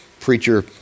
Preacher